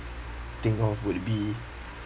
think of would be